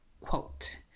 quote